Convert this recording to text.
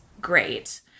great